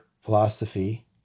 philosophy